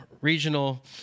regional